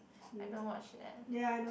I don't watch that